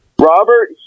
Robert